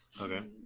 Okay